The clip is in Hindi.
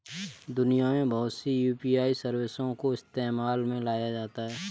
दुनिया में बहुत सी यू.पी.आई सर्विसों को इस्तेमाल में लाया जाता है